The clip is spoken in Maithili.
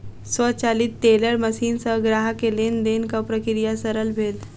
स्वचालित टेलर मशीन सॅ ग्राहक के लेन देनक प्रक्रिया सरल भेल